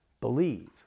believe